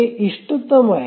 ते इष्टतम आहे